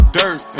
dirt